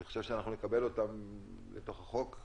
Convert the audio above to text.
אני חושב שנקבל אותן לתוך החוק.